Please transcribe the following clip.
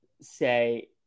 say